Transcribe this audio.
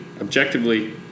objectively